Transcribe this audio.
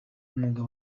umwuga